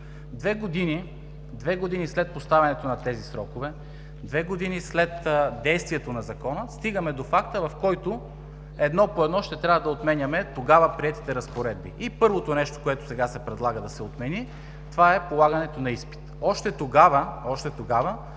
Две години след поставянето на тези срокове, две години след действието на Закона стигаме до факта, в който едно по едно ще трябва да отменяме тогава приетите разпоредби. И първото нещо, което сега се предлага да се отмени, това е полагането на изпит. Още тогава